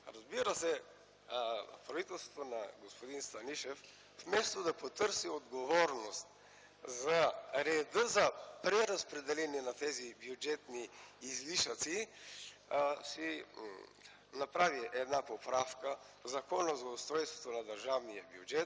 Разбира се, правителството на господин Станишев, вместо да потърси отговорност за реда за преразпределение на тези бюджетни излишъци, си направи една поправка в Закона за устройството на държавния бюджет